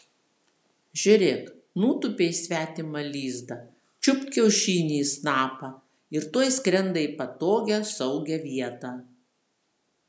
žiūrėk nutūpė į svetimą lizdą čiupt kiaušinį į snapą ir tuoj skrenda į patogią saugią vietą